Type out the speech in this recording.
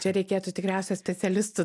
čia reikėtų tikriausia specialistų